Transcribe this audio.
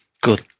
Good